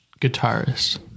guitarist